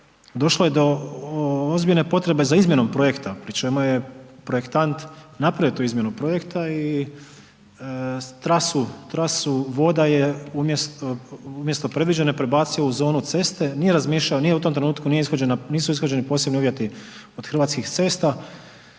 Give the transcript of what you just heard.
došlo je do ozbiljne potrebe za izmjenom projekta, pri čemu je projektant napravio tu izmjenu projekta i trasu voda je umjesto predviđene prebacio u zonu ceste. Nije razmišljao, nije u tom trenutku ishođena, nisu ishođeni posebni uvjeti od Hrvatskih cesta.